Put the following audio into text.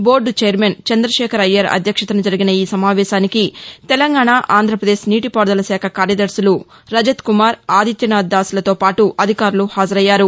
board chairman Chandrashekhar Iyer అధ్యక్షతన జరిగిన ఈ సమావేశానికి తెలంగాణ ఆంధ్రపదేశ్ నీటిపారుదల శాఖ కార్యదర్శులు రజత్కుమార్ ఆదిత్యనాథ్దాస్లతోపాటు అధికారులు హాజరయ్యారు